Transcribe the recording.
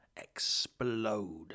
explode